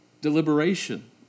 deliberation